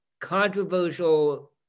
controversial